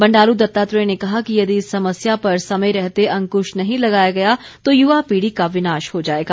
बंडारू दत्तात्रेय ने कहा कि यदि इस समस्या पर समय रहते अंकुश नहीं लगाया गया तो युवा पीढ़ी का विनाश हो जाएगा